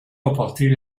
comporter